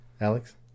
Alex